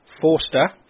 Forster